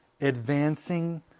Advancing